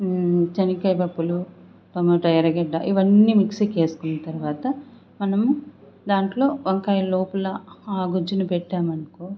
చెనక్కాయ పప్పులు టమోటా ఎరగడ్డ ఇవన్నీ మిక్సీ కేసుకున్న తరువాత మనము దాంట్లో వంకాయ లోపల ఆ గుజ్జును పెట్టామనుకో